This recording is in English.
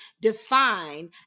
define